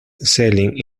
selling